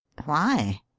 why?